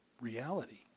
reality